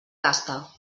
gasta